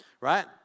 Right